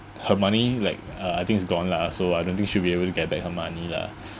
her money like uh I think it's gone lah so I don't think she'll be able to get back her money lah